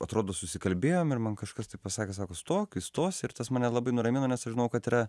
atrodo susikalbėjom ir man kažkas tai pasakė sako stok įstosi ir tas mane labai nuramino nes aš žinojau kad yra